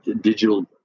digital